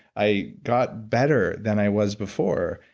i got better than i was before,